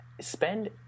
spend